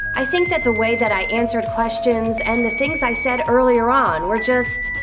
i think that the way that i answered questions and the things i said earlier on were just,